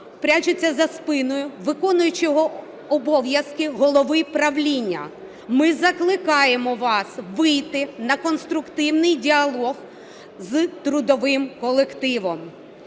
ховаються за спиною виконуючого обов'язки голови правління. Ми закликаємо вас вийти на конструктивний діалог з трудовим колективом.